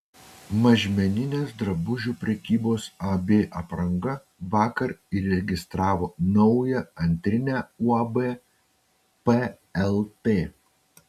mažmeninės drabužių prekybos ab apranga vakar įregistravo naują antrinę uab plt